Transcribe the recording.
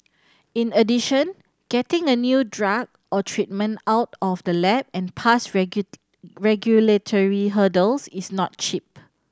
in addition getting a new drug or treatment out of the lab and past regulatory hurdles is not cheap